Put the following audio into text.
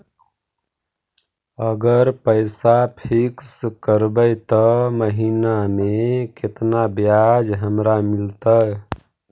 अगर पैसा फिक्स करबै त महिना मे केतना ब्याज हमरा मिलतै?